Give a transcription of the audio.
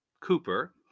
Cooper